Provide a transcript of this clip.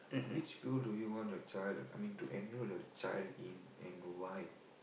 which field do you want to join I mean to enrol or join in and why